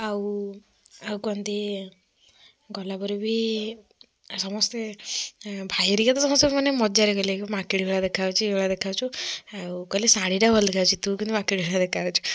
ଆଉ ଆଉ କଣତି ଗଲାପରେ ବି ଆଉ ସମସ୍ତେ ଭାଇ ହେରିକା ତ ସମସ୍ତେ ମାନେ ମଜାରେ କହିଲେ କି ମାଙ୍କେଡ଼ି ଭଳିଆ ଦେଖାହେଉଛି ଇଏ ଭଳିଆ ଦେଖାହେଉଛୁ ଆଉ କହିଲେ ଶାଢ଼ୀ ଟା ଭଲ ଦେଖାଯାଉଛି ତୁ କିନ୍ତୁ ମାଙ୍କେଡ଼ି ଭଳିଆ ଦେଖାହେଉଛୁ